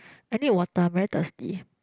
I need water I'm very thirsty